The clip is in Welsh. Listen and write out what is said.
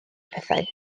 pethau